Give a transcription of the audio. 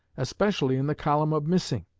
especially in the column of missing